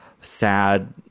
sad